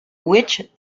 which